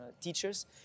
teachers